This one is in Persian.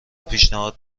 پیشنهاد